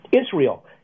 Israel